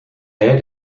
hair